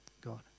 God